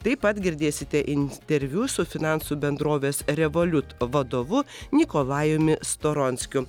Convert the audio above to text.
taip pat girdėsite interviu su finansų bendrovės revoliut vadovu nikolajumi storonskiu